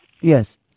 Yes